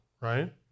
right